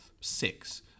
Six